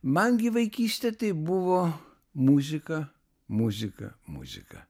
man gi vaikystė tai buvo muzika muzika muzika